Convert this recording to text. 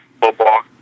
football